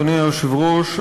אדוני היושב-ראש,